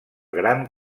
gran